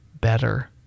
better